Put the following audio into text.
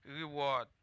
reward